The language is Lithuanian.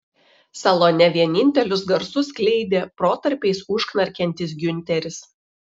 salone vienintelius garsus skleidė protarpiais užknarkiantis giunteris